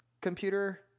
computer